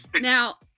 Now